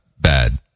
bad